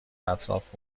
اطراف